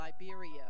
Liberia